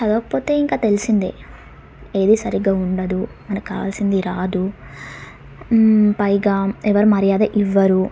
చదవకపోతే ఇంకా తెలిసిందే ఏది సరిగ్గా ఉండదు మనకు కావాల్సింది రాదు పైగా ఎవరూ మర్యాద ఇవ్వరు